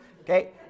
Okay